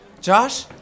Josh